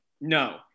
No